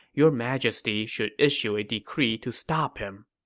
your majesty should issue a decree to stop him.